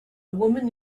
woman